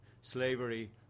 Slavery